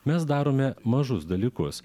mes darome mažus dalykus